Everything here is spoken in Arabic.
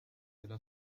إلى